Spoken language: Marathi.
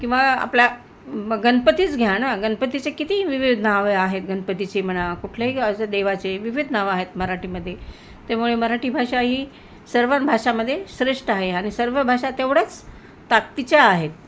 किंवा आपल्या मग गणपतीच घ्या ना गणपतीचे किती विविध नावे आहेत गणपतीचे म्हणा कुठल्याही आ ज् देवाचे विविध नावं आहेत मराठीमध्ये त्यामुळे मराठी भाषा ही सर्व भाषांमध्ये श्रेष्ठ आहे आणि सर्व भाषा तेवढ्याच ताकदीच्या आहेत